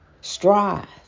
Strive